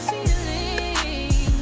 Feeling